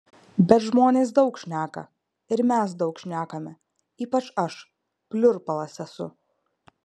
bet žmonės daug šneka ir mes daug šnekame ypač aš pliurpalas esu